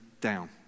down